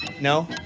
No